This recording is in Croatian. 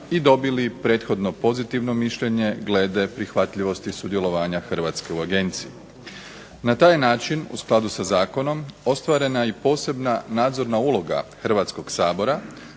i dobili prethodno pozitivno mišljenje glede prihvatljivosti sudjelovanja Hrvatske u Agenciji. Na taj način, u skladu sa zakonom, ostvarena je i posebna nadzorna uloga Hrvatskog sabora